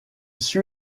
suit